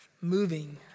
moving